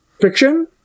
fiction